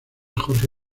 jorge